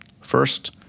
First